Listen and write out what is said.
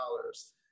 dollars